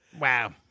Wow